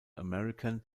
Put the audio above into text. american